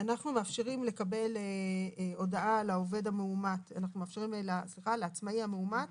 אנחנו מאפשרים לקבל הודעה על העצמאי המאומת